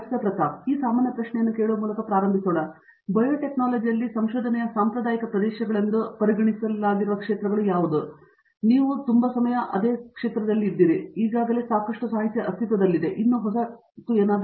ಪ್ರತಾಪ್ ಹರಿಡೋಸ್ ಆದ್ದರಿಂದ ಈ ಸಾಮಾನ್ಯ ಪ್ರಶ್ನೆಯನ್ನು ಕೇಳುವ ಮೂಲಕ ಪ್ರಾರಂಭಿಸೋಣ ಬಯೋಟೆಕ್ನಾಲಜಿಯಲ್ಲಿ ಸಂಶೋಧನೆಯ ಸಾಂಪ್ರದಾಯಿಕ ಪ್ರದೇಶಗಳೆಂದು ಪರಿಗಣಿಸಲಾಗಿರುವ ಪ್ರದೇಶಗಳಿವೆ ಬಹುಶಃ ನೀವು ಸ್ವಲ್ಪ ಕಾಲ ಅಲ್ಲಿಯೇ ಇದ್ದೀರಿ ನೀವು ನೋಡಿದಲ್ಲಿ ಸಾಕಷ್ಟು ಸಾಹಿತ್ಯ ಈಗಾಗಲೇ ಅಸ್ತಿತ್ವದಲ್ಲಿದೆ ಮತ್ತು ಇನ್ನೂ